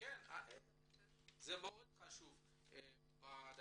מאוד חשוב פה.